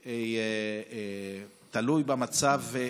שזה תלוי במצב,